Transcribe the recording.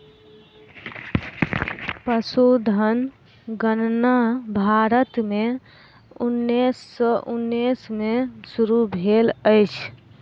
पशुधन गणना भारत में उन्नैस सौ उन्नैस में शुरू भेल अछि